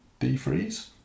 defreeze